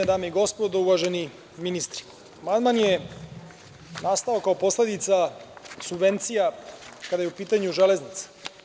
Dame i gospodo, uvaženi ministri, amandman je nastao kao posledica subvencija kada je u pitanju železnica.